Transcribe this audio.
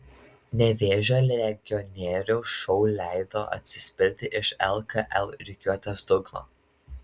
nevėžio legionieriaus šou leido atsispirti iš lkl rikiuotės dugno